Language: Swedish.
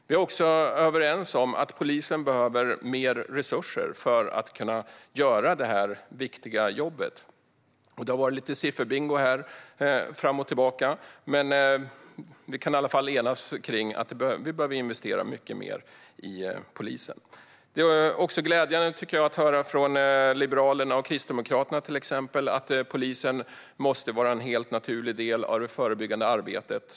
Vi är också överens om att polisen behöver mer resurser för att kunna utföra detta viktiga jobb. Det har varit lite sifferbingo här fram och tillbaka. Men vi kan i alla fall enas om att vi behöver investera mycket mer i polisen. Jag tycker också att det är glädjande att höra från till exempel Liberalerna och Kristdemokraterna att polisen måste vara en helt naturlig del av det förebyggande arbetet.